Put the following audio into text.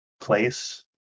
place